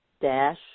dash